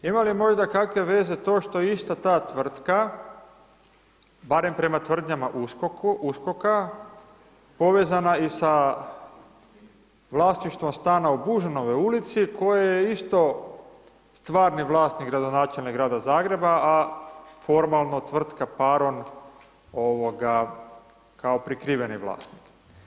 Ima li možda kakve veze to što je ista ta tvrtka, barem prema tvrdnjama USKOK-a, povezana i sa vlasništvom stana u Bužanovoj ulici koje je isto stvarni vlasnik gradonačelnik Grada Zagreba, a formalno tvrtka Paron kao prikriveni vlasnik?